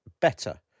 better